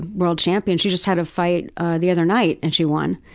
world champion. she just had a fight the other night and she won.